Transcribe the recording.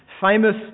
famous